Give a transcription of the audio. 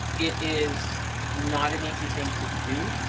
it is not an easy thing to do